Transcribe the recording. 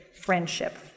friendship